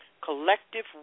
collective